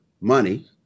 money